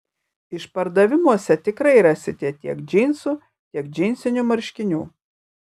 išpardavimuose tikrai rasite tiek džinsų tiek džinsinių marškinių